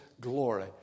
glory